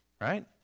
right